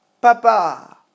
Papa